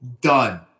Done